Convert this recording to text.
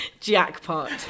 jackpot